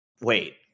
Wait